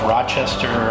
Rochester